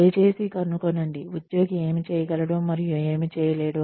దయచేసి కనుగొనండి ఉద్యోగి ఏమి చేయగలడు మరియు ఏమి చేయలేడు